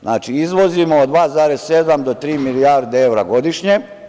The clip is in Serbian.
Znači, izvozimo 2,7 do tri milijarde evra godišnje.